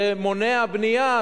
זה מונע בנייה,